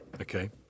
Okay